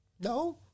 No